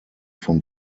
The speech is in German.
vom